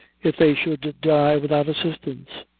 if they should die without assistance?